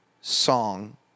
song